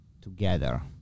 together